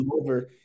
over –